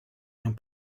nią